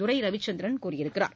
துரை ரவிச்சந்திரன் கூறியிருக்கிறார்